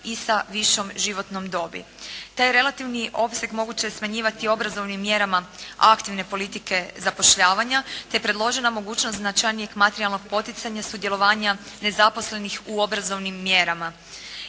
i sa višom životnom dobi. Taj relativni opseg moguće je smanjivati obrazovnim mjerama aktivne politike zapošljavanja te predložena mogućnost značajnijeg materijalnog poticanja, sudjelovanja nezaposlenih u obrazovnih mjerama.